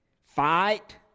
Fight